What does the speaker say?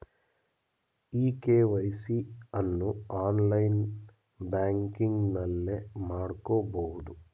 E KYC ಅನ್ನು online ಬ್ಯಾಂಕಿಂಗ್ನಲ್ಲೇ ಮಾಡ್ಕೋಬೋದು